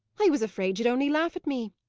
i was afraid ye'd only laugh at me.